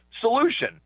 solution